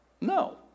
No